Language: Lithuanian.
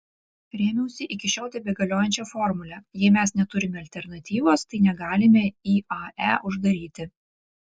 rėmiausi iki šiol tebegaliojančia formule jei mes neturime alternatyvos tai negalime iae uždaryti